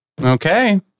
Okay